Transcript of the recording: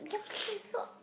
ya so